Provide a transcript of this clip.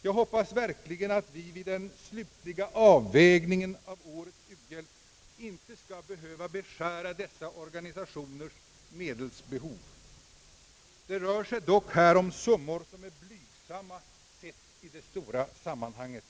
Jag hoppas verkligen att vi vid den slutliga avvägningen av årets u-hjälp inte skall behöva beskära dessa organisationers medel. Det rör sig dock om summor som är blygsamma i det stora sammanhanget.